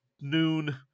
noon